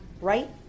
right